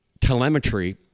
telemetry